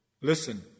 Listen